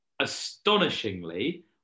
Astonishingly